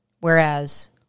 Whereas